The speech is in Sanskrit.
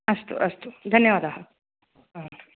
अस्तु अस्तु धन्यवादाः हा